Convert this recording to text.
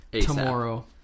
tomorrow